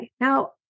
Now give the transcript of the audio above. Now